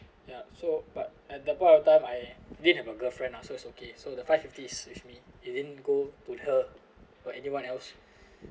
ya so but at that point of time I didn't have a girlfriend lah so it's okay so the five fifty with me it didn't go to her or anyone else